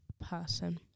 person